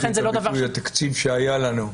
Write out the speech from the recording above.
לא הבנתי את הביטוי "בתקציב שהיה לנו",